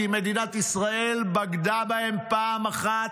כי מדינת ישראל בגדה בהם פעם אחת,